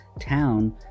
town